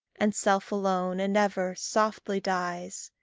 and self alone, and ever, softly dies,